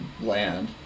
land